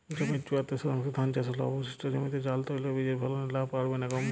জমির চুয়াত্তর শতাংশে ধান চাষ হলে অবশিষ্ট জমিতে ডাল তৈল বীজ ফলনে লাভ বাড়বে না কমবে?